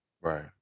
Right